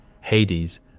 Hades